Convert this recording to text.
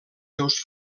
seus